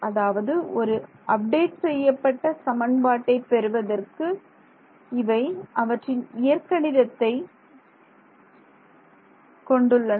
அதாவது ஒரு அப்டேட் செய்யப்பட்ட சமன்பாட்டை பெறுவதற்கு இவை அவற்றின் இயற்கணிதத்தை கொண்டுள்ளன